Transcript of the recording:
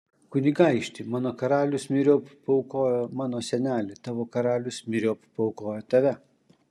kunigaikšti mano karalius myriop paaukojo mano senelį tavo karalius myriop paaukojo tave